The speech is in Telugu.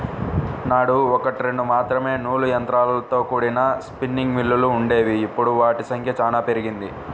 నాడు ఒకట్రెండు మాత్రమే నూలు యంత్రాలతో కూడిన స్పిన్నింగ్ మిల్లులు వుండేవి, ఇప్పుడు వాటి సంఖ్య చానా పెరిగింది